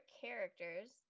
characters